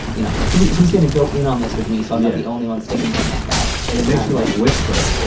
you know, who's who's going to go in on this with me so i'm not the only one sticking my neck out? and it makes you, like, whisper.